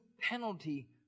penalty